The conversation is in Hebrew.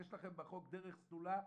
יש לכם בחוק דרך סלולה,